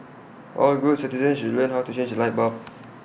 all good citizens should learn how to change A light bulb